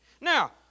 Now